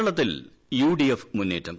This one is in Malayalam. കേരളത്തിൽ യു ഡി എഫ് മുന്നേറ്റം